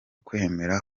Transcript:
kwemera